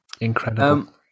Incredible